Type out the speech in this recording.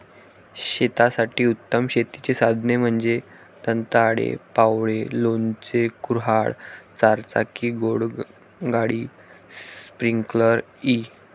शेतासाठी उत्तम शेतीची साधने म्हणजे दंताळे, फावडे, लोणचे, कुऱ्हाड, चारचाकी घोडागाडी, स्प्रिंकलर इ